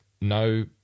no